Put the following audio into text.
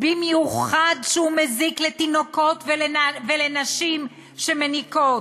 ובמיוחד הוא מזיק לתינוקות ולנשים שמיניקות,